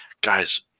Guys